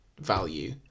value